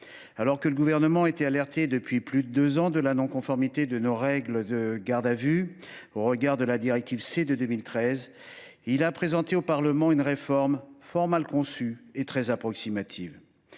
Alors que le Gouvernement était alerté depuis plus de deux ans de la non conformité de nos règles de garde à vue au regard de la directive C de 2013, il a présenté au Parlement une réforme fort mal conçue et très approximative.